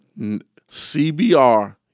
CBR